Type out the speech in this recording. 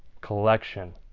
collection